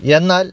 എന്നാൽ